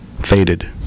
faded